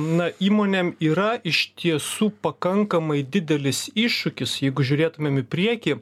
na įmonėm yra iš tiesų pakankamai didelis iššūkis jeigu žiūrėtumėm į priekį